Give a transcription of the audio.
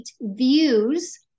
views